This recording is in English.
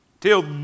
till